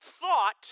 Thought